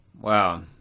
Wow